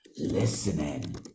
listening